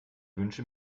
wünsche